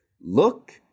look